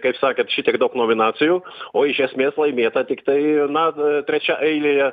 kaip sakėt šitiek daug nominacijų o iš esmės laimėta tiktai na trečiaeilėje